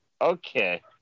Okay